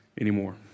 anymore